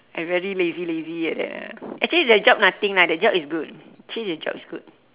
I very lazy lazy like that ah actually that job nothing lah that job is good actually that job is good